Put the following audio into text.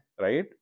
right